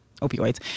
opioids